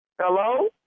Hello